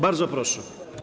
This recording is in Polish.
Bardzo proszę.